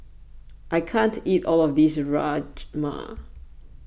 I can't eat all of this Rajma